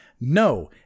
no